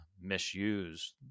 misuse